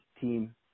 team